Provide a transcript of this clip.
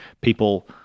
people